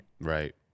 Right